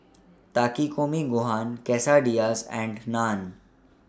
Takikomi Gohan Quesadillas and Naan